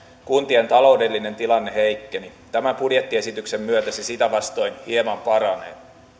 kuntien taloudellinen tilanne heikkeni tämän budjettiesityksen myötä se sitä vastoin hieman paranee